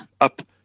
up